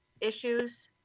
issues